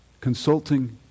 consulting